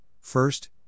first